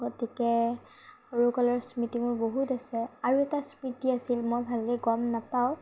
গতিকে সৰু কালৰ স্মৃতি মোৰ বহুত আছে আৰু এটা স্মৃতি আছিল মই ভালকৈ গম নাপাওঁ